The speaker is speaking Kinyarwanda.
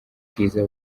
bwiza